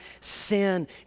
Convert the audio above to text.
sin